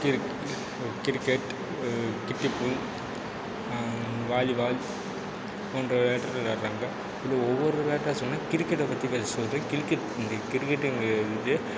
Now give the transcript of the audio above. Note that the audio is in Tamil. கிரிக்கெட் கிட்டிபுள் வாலிபால் போன்ற விளையாட்டுகள் விளையாடுறாங்க இதில் ஒவ்வொரு விளையாட்டாக சொன்னால் கிரிக்கெட்டை பற்றி பேசுவது கிரிக்கெட் இந்த கிரிக்கெட்டுங்கிறது வந்து